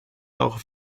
auch